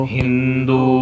Hindu